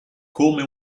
come